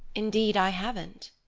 indeed i haven't.